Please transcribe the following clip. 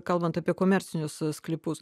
kalbant apie komercinius sklypus